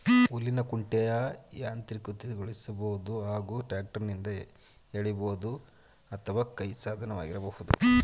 ಹುಲ್ಲಿನ ಕುಂಟೆನ ಯಾಂತ್ರೀಕೃತಗೊಳಿಸ್ಬೋದು ಹಾಗೂ ಟ್ರ್ಯಾಕ್ಟರ್ನಿಂದ ಎಳಿಬೋದು ಅಥವಾ ಕೈ ಸಾಧನವಾಗಿರಬಹುದು